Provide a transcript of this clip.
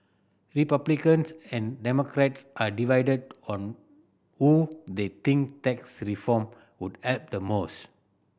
Republicans and Democrats are divided on who they think tax reform would help the most